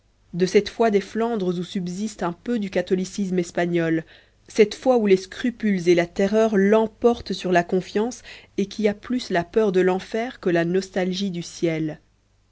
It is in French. de cette foi des flandres où subsiste un peu du catholicisme espagnol cette foi où les scrupules et la terreur remportent sur la confiance et qui a plus la peur de l'enfer que la nostalgie du ciel